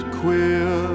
queer